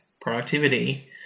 productivity